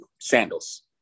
sandals